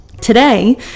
Today